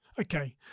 Okay